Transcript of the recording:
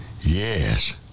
Yes